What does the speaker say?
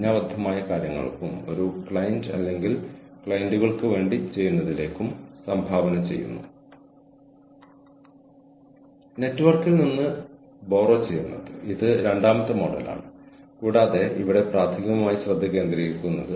നമ്മൾ ഒരുപാട് ആളുകളെ കാണുമ്പോൾ എത്രയോ ദൂരസ്ഥലങ്ങളിൽ ഇരുന്നു ഞങ്ങളുമായി ആശയവിനിമയം നടത്തുന്നു